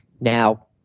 Now